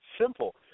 simple